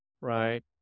Right